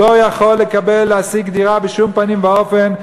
לא יכול להשיג דירה בשום פנים ואופן.